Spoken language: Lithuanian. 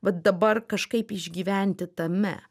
vat dabar kažkaip išgyventi tame